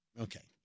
Okay